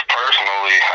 personally